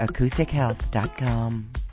AcousticHealth.com